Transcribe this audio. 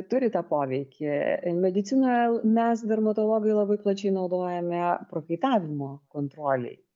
turi tą poveikį medicinoje mes dermatologai labai plačiai naudojame prakaitavimo kontrolei